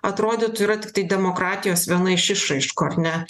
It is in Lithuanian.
atrodytų yra tiktai demokratijos viena iš išraiškų ar ne